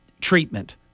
treatment